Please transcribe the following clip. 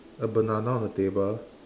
a banana on the table